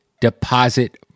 deposit